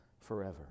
forever